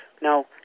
Now